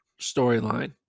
storyline